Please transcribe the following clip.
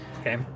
Okay